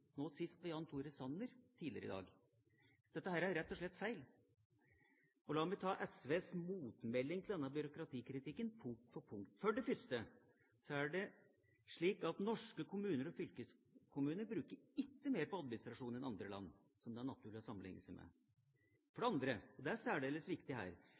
nå sist ved Jan Tore Sanner i hans hovedinnlegg tidligere i dag. Dette er rett og slett feil, og la meg ta SVs «motmelding» til denne demokratikritikken punkt for punkt. For det første er det slik at norske kommuner og fylkeskommuner ikke bruker mer på administrasjon enn andre land som det er naturlig å sammenligne seg med. For det andre, og det er særdeles viktig: